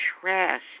trash